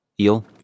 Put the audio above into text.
eel